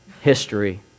history